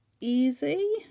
easy